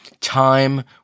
Time